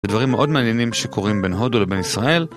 ודברים מאוד מעניינים שקורים בין הודו לבין ישראל.